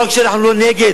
לא רק שאנחנו לא נגד